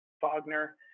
Wagner